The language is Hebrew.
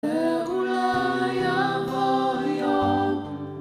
ואולי יבוא יום.